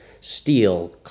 steel